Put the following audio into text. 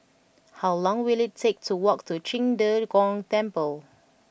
how long will it take to walk to Qing De Gong Temple